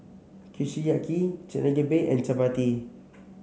Kushiyaki Chigenabe and Chapati